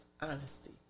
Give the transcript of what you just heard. honesty